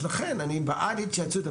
ולכן אני בעד התייעצות,